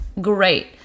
great